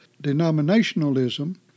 denominationalism